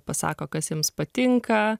pasako kas jiems patinka